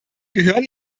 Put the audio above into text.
gehören